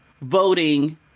voting